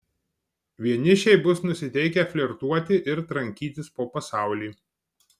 vienišiai bus nusiteikę flirtuoti ir trankytis po pasaulį